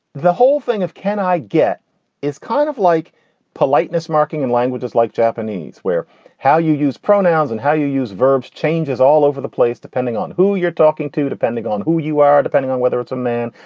the whole thing of can i get is kind of like politeness marking in language, just like japanese where how you use pronouns and how you use verbs changes all over the place depending on who you're talking to, depending on who you are, depending on whether it's a man,